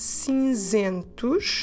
cinzentos